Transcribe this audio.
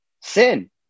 sin